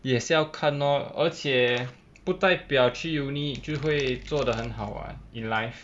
也是要看 lor 而且不代表去 university 就会做得很好 what in life